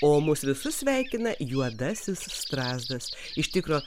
o mus visus sveikina juodasis strazdas iš tikro